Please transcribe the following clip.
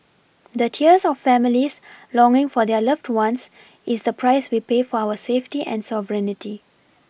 the tears of families longing for their loved ones is the price we pay for our safety and sovereignty